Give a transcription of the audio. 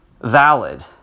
valid